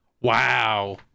Wow